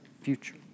future